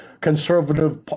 conservative